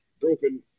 broken